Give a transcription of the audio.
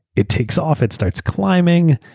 it takes off. it starts climbing.